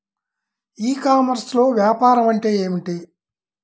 ఈ కామర్స్లో వ్యాపారం అంటే ఏమిటి?